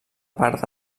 part